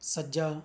ਸੱਜਾ